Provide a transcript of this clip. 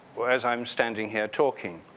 whereas i'm standing here talking.